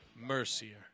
Mercier